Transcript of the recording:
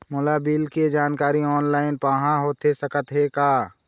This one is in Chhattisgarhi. मोला बिल के जानकारी ऑनलाइन पाहां होथे सकत हे का?